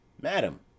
Madam